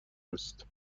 است